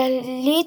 כללית,